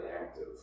active